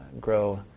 grow